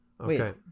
Okay